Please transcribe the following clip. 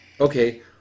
Okay